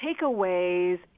takeaways